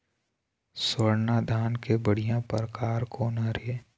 स्वर्णा धान के बढ़िया परकार कोन हर ये?